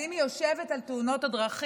אז אם היא יושבת על תאונות הדרכים,